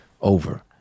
over